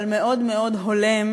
אבל מאוד מאוד הולם,